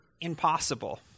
impossible